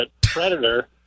Predator